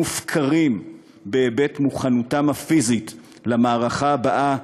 מופקרים בהיבט מוכנותם הפיזית למערכה הבאה,